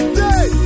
day